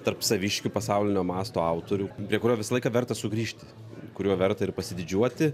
tarp saviškių pasaulinio masto autorių prie kurio visą laiką verta sugrįžti kuriuo verta ir pasididžiuoti